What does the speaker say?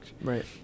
Right